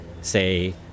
say